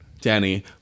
Danny